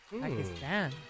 Pakistan